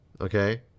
okay